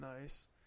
nice